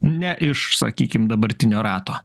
ne iš sakykim dabartinio rato